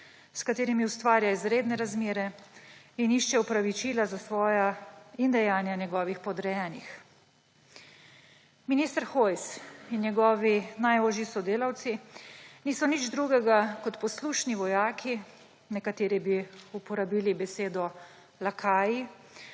s katerimi ustvarja izredne razmere in išče opravičila za svoja dejanja in dejanja njegovih podrejenih. Minister Hojs in njegovi najožji sodelavci niso nič drugega kot poslušni vojaki, nekateri bi uporabili besedo lakaji,